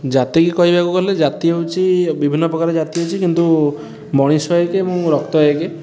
ଜାତି କି କହିବାକୁ ଗଲେ ଜାତି ହେଉଛି ବିଭିନ୍ନ ପ୍ରକାର ଜାତି ଅଛି କିନ୍ତୁ ମଣିଷ ଏକ ଏବଂ ରକ୍ତ ଏକ